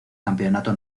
campeonato